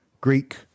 Greek